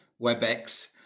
webex